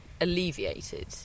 alleviated